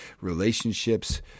relationships